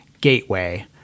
gateway